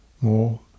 more